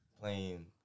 playing